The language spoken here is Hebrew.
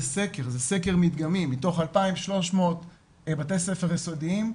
זה סקר מדגמי מתוך 2,300 בתי ספר יסודיים,